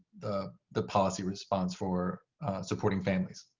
the the policy response for supporting families.